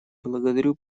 благодарю